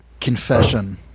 Confession